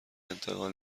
انتقال